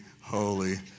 holy